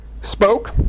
spoke